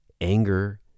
anger